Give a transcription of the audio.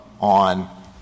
on